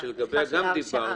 -- שלגביה גם דיברנו.